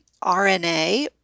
RNA